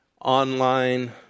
Online